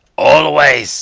always.